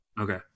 Okay